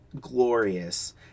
glorious